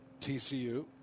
TCU